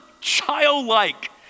childlike